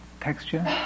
texture